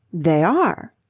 they are!